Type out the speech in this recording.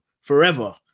forever